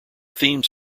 themes